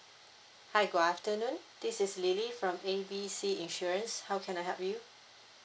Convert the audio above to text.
hi good afternoon this is lily from A B C insurance how can I help you